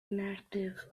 inactive